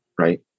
Right